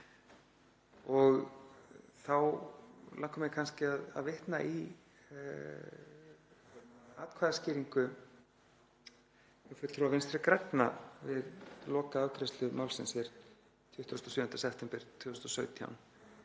Þá langar mig kannski að vitna í atkvæðaskýringu frá fulltrúa Vinstri grænna við lokaafgreiðslu málsins hér 27. september 2017,